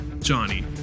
Johnny